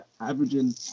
averaging